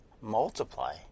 multiply